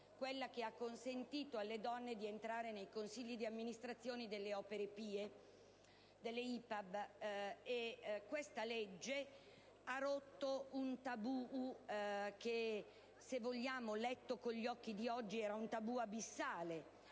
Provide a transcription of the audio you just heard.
1890, che ha consentito alle donne di entrare nei consigli di amministrazione delle Opere Pie, delle IPAB. Quella legge ha rotto un tabù che, letto con gli occhi di oggi, era davvero abissale: